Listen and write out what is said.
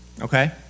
Okay